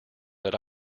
that